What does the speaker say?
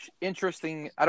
interesting